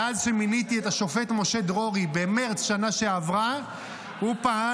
מאז שמיניתי את השופט משה דרורי במרץ בשנה שעברה הוא פעל